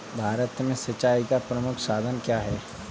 भारत में सिंचाई का प्रमुख साधन क्या है?